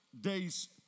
days